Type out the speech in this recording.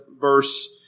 verse